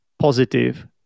positive